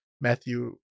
Matthew